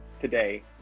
today